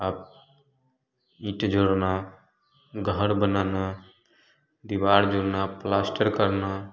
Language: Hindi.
आप ईंटें जोड़ना घर बनाना है दीवार जोड़ना प्लास्टर करना